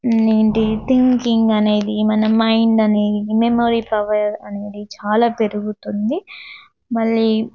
ఏేంటి thinking అనేది మన mind అనేది మెమరీ పవర్ అనేది చాలా పెరుగుతుంది మళ్ళీ